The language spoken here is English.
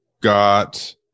got